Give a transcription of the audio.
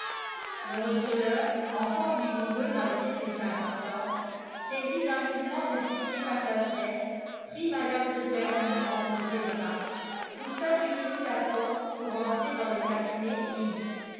le receleur encore vigoureux malgré ses cinquante ans saisi d'un mouvement de pitié passagère prit mme de fermont entre ses bras poussa du genou la porte pour entrer dans le cabinet et dit